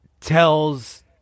tells